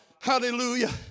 Hallelujah